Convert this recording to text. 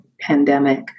pandemic